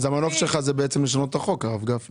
אז המנוף שלך בעצם זה לשנות את החוק הרב גפני?